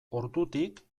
ordutik